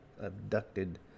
abducted